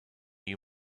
you